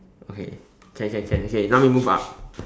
okay can can can okay now we move up